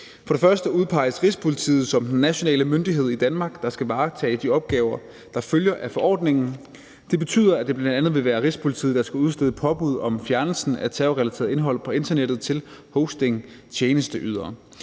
For det første udpeges Rigspolitiet som den nationale myndighed i Danmark, der skal varetage de opgaver, der følger af forordningen. Det betyder bl.a., at det vil være Rigspolitiet, der skal udstede påbud om fjernelse af terrorrelateret indhold på internettet til hostingtjenesteydere.